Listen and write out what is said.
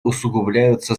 усугубляются